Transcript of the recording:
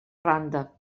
randa